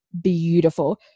beautiful